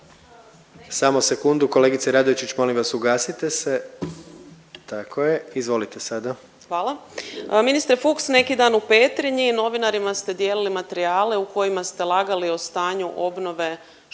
Samo sekundu kolegice Radojčić molim vas ugasite se, tako je, izvolite sada. **Ikić-Baniček, Kristina (SDP)** Hvala. Ministre Fuchs neki dan u Petrinji novinarima ste dijelili materijale u kojima ste lagali o stanju obnove škola